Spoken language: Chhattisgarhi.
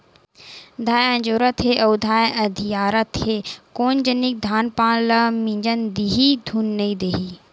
बंधाए अजोरत हे अउ धाय अधियारत हे कोन जनिक धान पान ल मिजन दिही धुन नइ देही